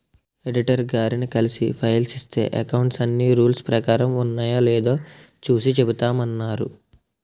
auditor గారిని కలిసి file ఇస్తే అకౌంట్స్ అన్నీ రూల్స్ ప్రకారం ఉన్నాయో లేదో చూసి చెబుతామన్నారు